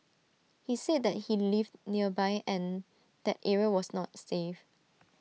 he said that he lived nearby and that area was not safe